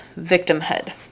victimhood